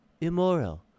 immoral